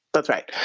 that's right.